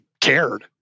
cared